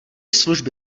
služby